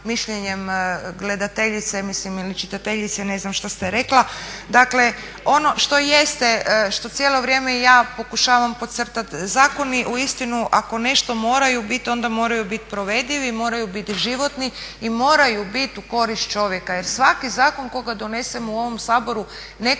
mišljenjem gledateljice ili čitateljice, ne znam što ste rekla, ono što jeste, što cijelo vrijeme ja pokušavam podcrtat, zakoni uistinu ako nešto moraju bit onda moraju bit provedivi, moraju biti životni i moraju bit u korist čovjeka jer svaki zakon koga donesemo u ovom Saboru nekoga